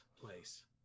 place